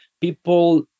people